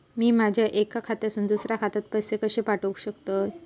मी माझ्या एक्या खात्यासून दुसऱ्या खात्यात पैसे कशे पाठउक शकतय?